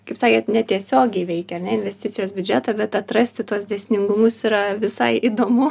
kaip sakėt netiesiogiai veikia ar ne investicijos biudžetą bet atrasti tuos dėsningumus yra visai įdomu